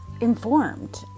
informed